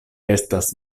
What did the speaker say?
estas